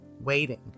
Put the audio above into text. waiting